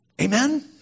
Amen